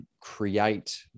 create